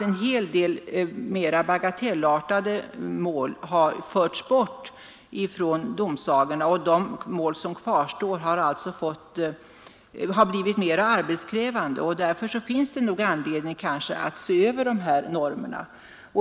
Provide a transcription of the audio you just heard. En hel del mera bagatellartade mål har förts bort från domsagorna, och de mål som kvarstår har blivit mer arbetskrävande. Därför finns det anledning att se över de här normerna.